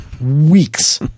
weeks